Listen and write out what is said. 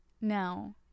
Now